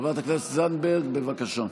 חברת הכנסת זנדברג, בבקשה.